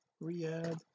re-add